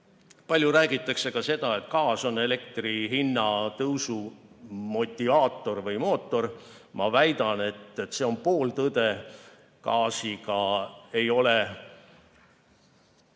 Palju räägitakse ka seda, et gaas on elektri hinna tõusu mootor. Ma väidan, et see on pooltõde. Gaasiga ei ole